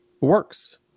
works